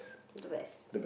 the best